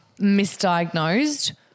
misdiagnosed